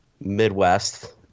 Midwest